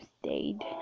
stayed